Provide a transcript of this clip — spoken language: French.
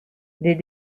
des